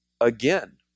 again